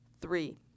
three